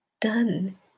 done